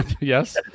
yes